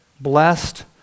Blessed